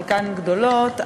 חלקן גדולות,